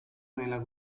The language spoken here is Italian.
nella